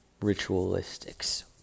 Ritualistics